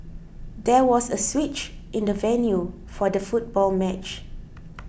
there was a switch in the venue for the football match